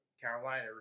Carolina